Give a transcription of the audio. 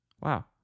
Wow